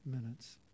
minutes